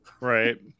right